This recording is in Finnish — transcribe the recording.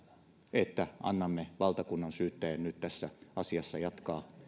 että annamme valtakunnansyyttäjän nyt tässä asiassa jatkaa